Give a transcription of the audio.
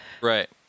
Right